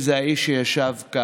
אנחנו עוברים להסתייגות מס' 157,